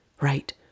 right